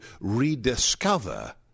rediscover